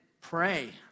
pray